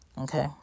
Okay